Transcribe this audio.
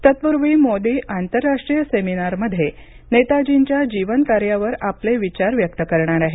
तत्पूर्वी मोदी आंतरराष्ट्रीय सेमिनारमध्ये नेताजींच्या जीवन कार्यावर आपले विचार व्यक्त करणार आहेत